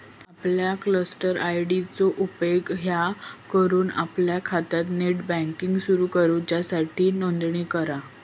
आपल्या cluster ID चो उपेग हय करून आपल्या खात्यात नेट बँकिंग सुरू करूच्यासाठी नोंदणी करा